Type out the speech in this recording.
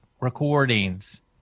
recordings